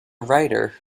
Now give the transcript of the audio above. writer